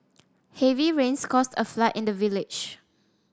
heavy rains caused a flood in the village